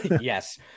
Yes